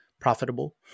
profitable